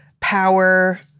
power